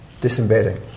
disembedding